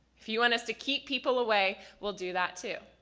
if you want us to keep people away, we'll do that too.